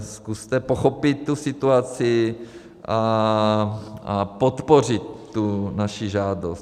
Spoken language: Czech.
Zkuste pochopit tu situaci a podpořit naši žádost.